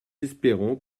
espérons